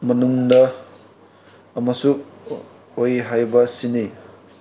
ꯃꯅꯨꯡꯗ ꯑꯃꯁꯨ ꯑꯣꯏ ꯍꯥꯏꯕꯁꯤꯅꯤ